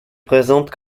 présente